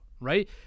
Right